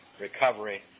recovery